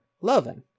loving